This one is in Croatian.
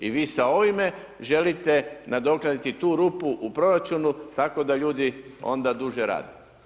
I vi sa ovime želite nadoknaditi tu rupu u proračunu tako da ljudi onda duže rade.